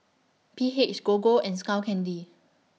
P H Gogo and Skull Candy